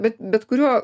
bet bet kuriuo